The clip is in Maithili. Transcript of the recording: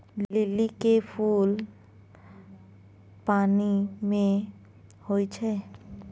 लिली के फुल पानि मे होई छै